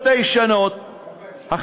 אני מוסיף לך עוד דקה.